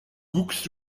guckst